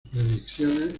predicciones